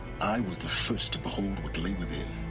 i was the first to behold what lay within